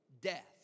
death